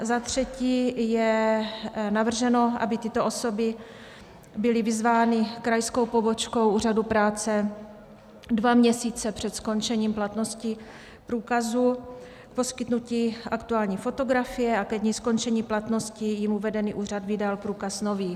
Za třetí je navrženo, aby tyto osoby byly vyzvány krajskou pobočkou Úřadu práce dva měsíce před skončením platnosti průkazu k poskytnutí aktuální fotografie a ke dni skončení platnosti jim uvedený úřad vydal průkaz nový.